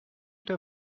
der